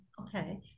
okay